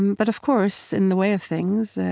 and but, of course, in the way of things,